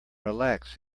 relax